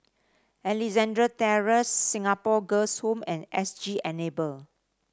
Alexandra Terrace Singapore Girls' Home and S G Enable